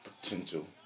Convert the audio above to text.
potential